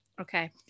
okay